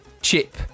chip